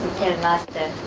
master.